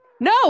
No